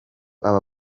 aba